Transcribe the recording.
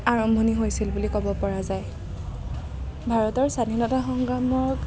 আৰম্ভণি হৈছিল বুলি ক'বপৰা যায় ভাৰতৰ স্বাধীনতা সংগ্ৰামক